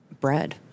bread